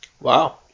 Wow